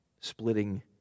splitting